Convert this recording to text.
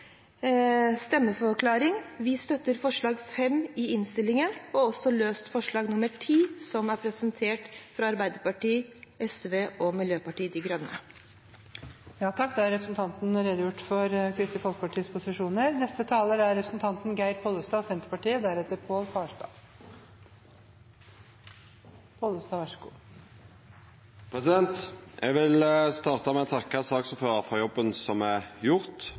stemmeforklaring. Vi støtter forslag nr. 5 i innstillingen og også det omdelte forslag nr. 10, som er presentert av Arbeiderpartiet, SV og Miljøpartiet De Grønne. Da har representanten Line Henriette Hjemdal redegjort for Kristelig Folkepartis posisjoner. Eg vil starta med å takka saksordføraren for jobben som er gjort.